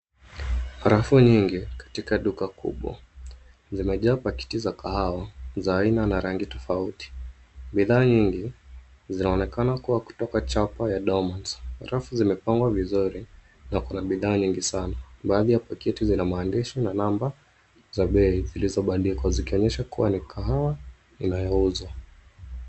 Rafu nyingi katika duka kubwa zimejaa pakiti za kahawa za aina na rangi na tofauti. Bidhaa nyingi zinaonekana kutoka chapa ya cs[Dormans]cs. Rafu zimepangwa vizuri na kuna bidhaa nyingi sana. Baadhi ya pakiti zina maandishi na namba za bei zilizobandikwa zikionyesha kuwa ni kahawa inayouzwa.